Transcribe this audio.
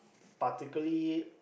particularly